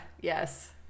yes